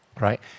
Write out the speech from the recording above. Right